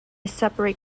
separate